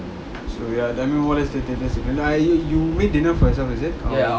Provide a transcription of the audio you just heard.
so that you make dinner for yourself is it or